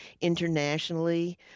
internationally